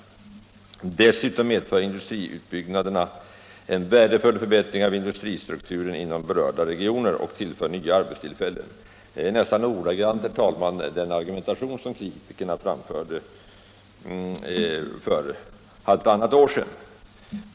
Dessutom medför industriutbyggnaderna en värdefull förbättring av industristrukturen inom berörda regioner och tillför nya arbetstillfällen.” Det är nästan ordagrant, herr talman, den argumentation som kritikerna framförde för halvtannat år sedan.